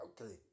Okay